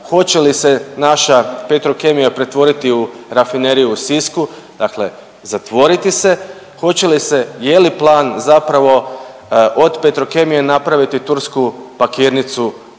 Hoće li se naša Petrokemija pretvoriti u Rafineriju u Sisku, dakle zatvoriti? Hoće li se, je li plan zapravo od Petrokemije napraviti tursku pakirnicu